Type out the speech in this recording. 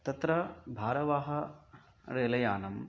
तत्र भारवाहः रेलयानम्